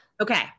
Okay